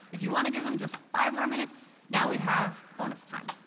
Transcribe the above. if you want to give them just five more minutes, now we have bonus time.